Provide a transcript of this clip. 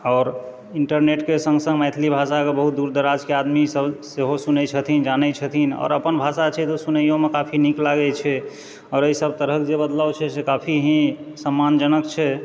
आओर इन्टरनेटके सङ्ग सङ्ग मैथिली भाषाकेेँ बहुत दूरदराजके आदमी सब सेहो सुनै छथिन जानए छथिन आओर अपन भाषा छै तऽ सुनैयोमे काफी नीक लागए छै आओर एहिसब तरहकेँ जे बदलाब छै से काफी ही सम्मानजनक छै